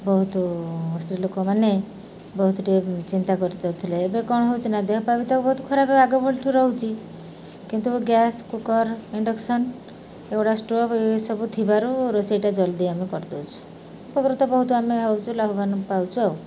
ବହୁତ ସ୍ତ୍ରୀ ଲୋକମାନେ ବହୁତ ଟିକେ ଚିନ୍ତା କରିଦେଉଥିଲେ ଏବେ କ'ଣ ହେଉଛି ନା ଦେହପା ବି ତା ବହୁତ ଖରାପ ଆଗ ରହୁଛି କିନ୍ତୁ ଗ୍ୟାସ୍ କୁକର୍ ଇଣ୍ଡକ୍ସନ୍ ଏଗୁଡ଼ା ଷ୍ଟୋଭ୍ ଏସବୁ ଥିବାରୁ ରୋଷେଇଟା ଜଲ୍ଦି ଆମେ କରିଦଉଛୁ ଉପକୃତ ବହୁତ ଆମେ ହେଉଛୁ ଲାଭବାନ ପାଉଛୁ ଆଉ